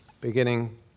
beginning